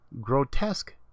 grotesque